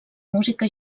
música